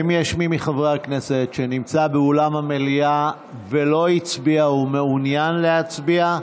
האם יש מי מחברי הכנסת שנמצא באולם המליאה ולא הצביע ומעוניין להצביע?